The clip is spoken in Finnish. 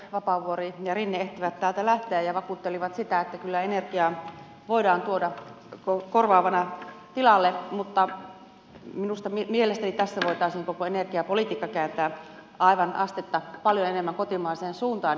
ministerit vapaavuori ja rinne ehtivät täältä lähteä ja vakuuttelivat sitä että kyllä energiaa voidaan tuoda korvaavana tilalle mutta mielestäni tässä voitaisiin koko energiapolitiikka kääntää aivan astetta paljon enemmän kotimaiseen suuntaan